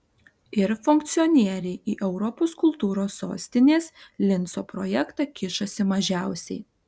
ir funkcionieriai į europos kultūros sostinės linco projektą kišasi mažiausiai